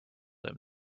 him